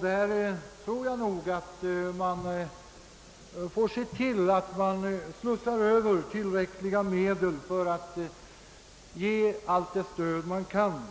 Därför måste vi se till att det slussas över tillräckliga medel till ungdomsarbetet, att vi ger allt det stöd som kan